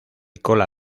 cola